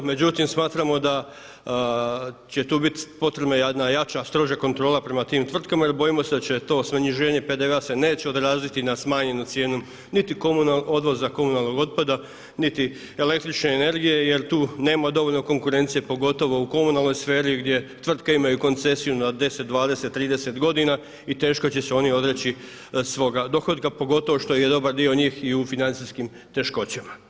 Međutim, smatramo da će tu biti potrebna i jedna jača, stroža kontrola prema tim tvrtkama jer bojimo se da će to sniženje PDV-a se neće odraziti na smanjenu cijenu niti odvoza komunalnog otpada niti električne energije jer tu nema dovoljno konkurencije pogotovo u komunalnoj sferi gdje tvrtke imaju koncesiju na 10, 20, 30 godina i teško će se oni odreći svoga dohotka pogotovo što je dobar dio njih i u financijskim teškoćama.